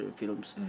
films